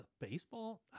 Baseball